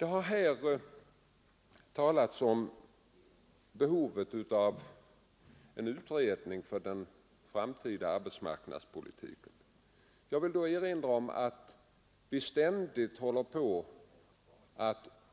Det har här talats om behovet av en utredning angående den framtida arbetsmarknadspolitiken. Jag vill då erinra om att vi ständigt